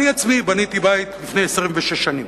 אני עצמי בניתי בית לפני 26 שנים.